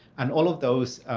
and all of those,